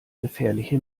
gefährliche